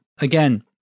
Again